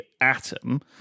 atom